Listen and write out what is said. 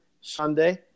Sunday